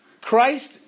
Christ